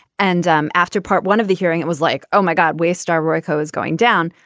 and um after part one of the hearing it was like oh my god we're star royko is going down.